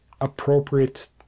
appropriate